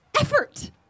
effort